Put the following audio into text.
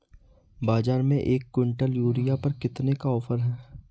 बाज़ार में एक किवंटल यूरिया पर कितने का ऑफ़र है?